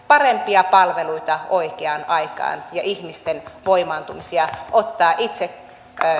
parempia palveluita oikeaan aikaan ja ihmisten voimaantumista ottaa itse